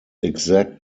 exact